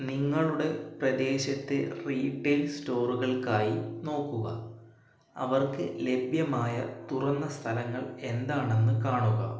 നിങ്ങളുടെ പ്രദേശത്ത് റീട്ടെയിൽ സ്റ്റോറുകൾക്കായി നോക്കുക അവർക്ക് ലഭ്യമായ തുറന്ന സ്ഥലങ്ങൾ എന്താണെന്ന് കാണുക